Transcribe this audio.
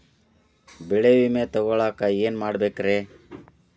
ಬೆಳೆ ವಿಮೆ ತಗೊಳಾಕ ಏನ್ ಮಾಡಬೇಕ್ರೇ?